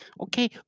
Okay